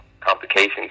complications